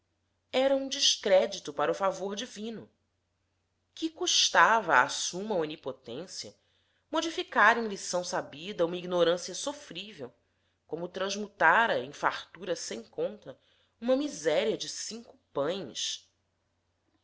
era um descrédito para o favor divino que custava à suma onipotência modificar em lição sabida uma ignorância sofrível como transmutara em fartura sem conta uma miséria de cinco pães